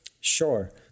Sure